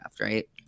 right